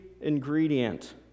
ingredient